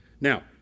Now